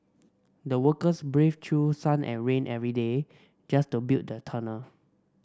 the workers braved through sun and rain every day just to build the tunnel